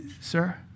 sir